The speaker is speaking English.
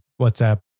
WhatsApp